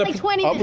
but twenty um